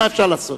מה אפשר לעשות?